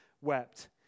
wept